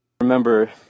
remember